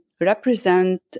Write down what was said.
represent